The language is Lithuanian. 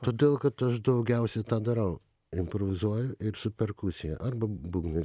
todėl kad aš daugiausia tą darau improvizuoju ir su perkusija arba būgnais